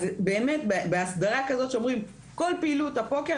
אז באמת באסדרה כזאת שאומרים 'כל פעילות הפוקר,